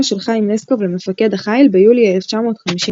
של חיים לסקוב למפקד החיל ביולי 1951,